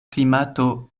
klimato